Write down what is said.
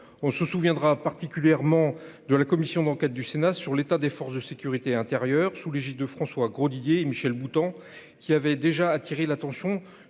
on se souviendra particulièrement de la commission d'enquête du Sénat sur l'état des forces de sécurité intérieure, sous l'égide de François Grosdidier et Michel Boutant, qui avait déjà attiré l'attention